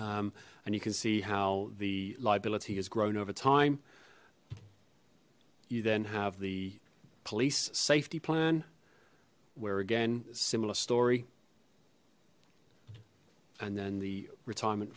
and you can see how the liability has grown over time you then have the police safety plan where again similar story and then the retirement